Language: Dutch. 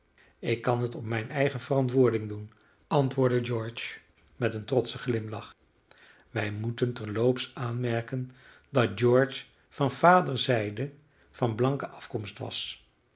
ik kan het op mijne eigen verantwoording doen antwoordde george met een trotschen glimlach wij moeten terloops aanmerken dat george van vaders zijde van blanke afkomst was